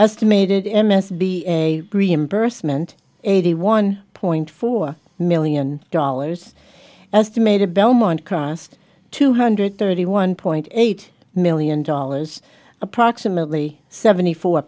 estimated m s b a dream burst mint eighty one point four million dollars estimated belmont cost two hundred thirty one point eight million dollars approximately seventy four